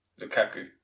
Lukaku